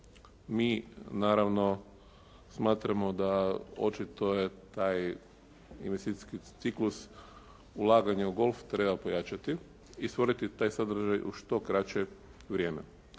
mi naravno smatramo da očito je taj investicijski ciklus ulaganja u golf treba pojačati i stvoriti taj sadržaj u što kraće vrijeme.